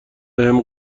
بهم